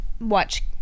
watch